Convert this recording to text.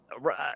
Right